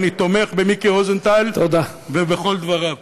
ואני תומך במיקי רוזנטל ובכל דבריו.